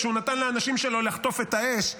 כשהוא נתן לאנשים שלו לחטוף את האש,